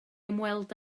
ymweld